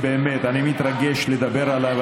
שבאמת אני מתרגש לדבר עליו.